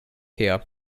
her